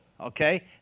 okay